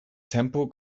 temple